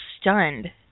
stunned